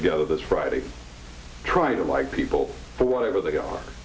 together this friday try to like people for whatever they are